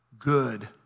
good